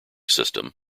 system